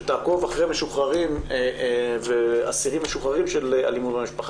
שתעקוב אחרי משוחררים ואסירים משוחררים של אלימות במשפחה